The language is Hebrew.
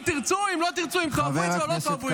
אף אחד.